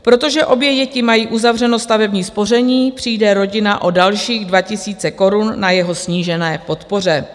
Protože obě děti mají uzavřeno stavební spoření, přijde rodina o dalších 2 000 korun na jeho snížené podpoře.